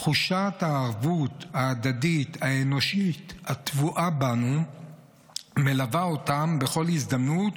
תחושת הערבות ההדדית האנושית הטבועה בנו מלווה אותם בכל הזדמנות,